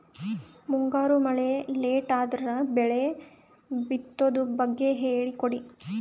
ಮುಂಗಾರು ಮಳೆ ಲೇಟ್ ಅದರ ಬೆಳೆ ಬಿತದು ಬಗ್ಗೆ ಹೇಳಿ ಕೊಡಿ?